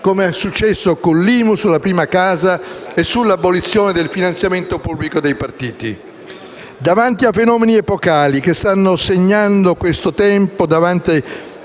come è successo con l'IMU sulla prima casa e sull'abolizione del finanziamento pubblico ai partiti. Davanti a fenomeni epocali che stanno segnando questo tempo, davanti